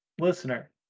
listener